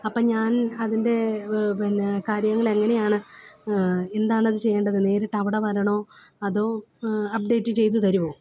അപ്പോൾ ഞാൻ അതിന്റെ പിന്നെ കാര്യങ്ങൾ എങ്ങനെ ആണ് എന്താണത് ചെയ്യേണ്ടത് നേരിട്ട് അവിടെ വരണോ അതോ അപ്ഡേറ്റ് ചെയ്തു തരുമോ